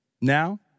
Now